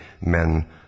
men